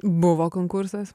buvo konkursas